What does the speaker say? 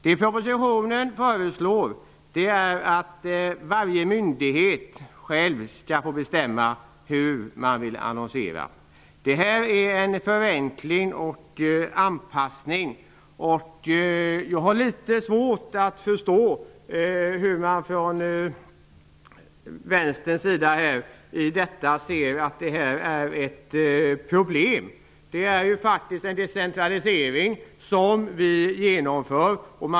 Det som föreslås i propositionen är att varje myndighet själv skall få bestämma hur man vill annonsera. Detta är en förenkling och anpassning. Jag har litet svårt att förstå att man från Vänsterpartiets sida anser att detta utgör ett problem. Detta är en decentralisering som vi genomför.